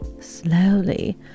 slowly